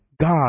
God